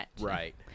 Right